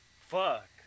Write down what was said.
Fuck